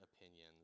opinions